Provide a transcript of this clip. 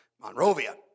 Monrovia